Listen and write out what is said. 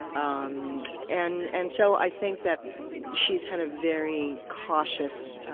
um and and so i think that she's had a very cautious,